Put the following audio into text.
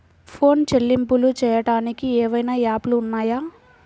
Phone చెల్లింపులు చెయ్యటానికి ఏవైనా యాప్లు ఉన్నాయా?